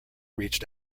reached